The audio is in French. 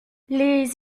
les